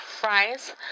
fries